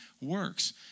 works